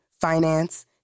finance